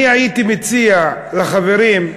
אני הייתי מציע לחברים,